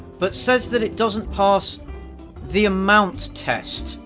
but says that it doesn't pass the amount test,